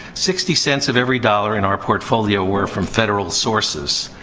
sixty cents of every dollar in our portfolio were from federal sources.